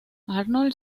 arnold